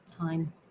time